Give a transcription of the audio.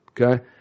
Okay